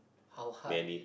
how high